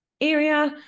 area